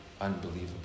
unbelievable